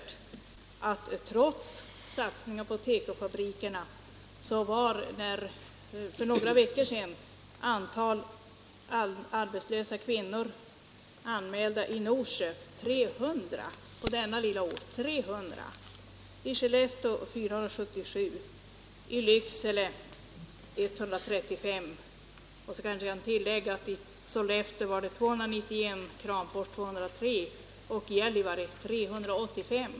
Trots satsningen på tekofabrikerna var för några veckor sedan antalet arbetslösa kvinnor anmälda i den lilla orten Norsjö hela 300, i Skellefteå 477, i Lycksele 135, i Sollefteå 291, i Kramfors 203 och i Gällivare 385.